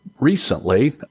recently